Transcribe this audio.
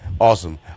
Awesome